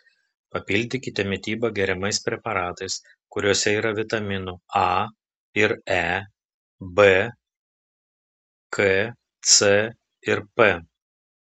papildykite mitybą geriamais preparatais kuriuose yra vitaminų a ir e b k c ir p